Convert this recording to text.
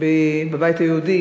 בבית היהודי